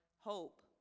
hope